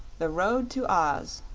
the road to oz